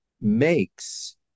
makes